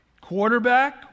Quarterback